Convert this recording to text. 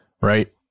right